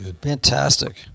Fantastic